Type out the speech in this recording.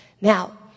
Now